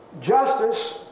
justice